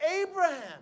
Abraham